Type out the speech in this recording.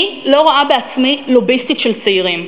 אני לא רואה בעצמי לוביסטית של צעירים,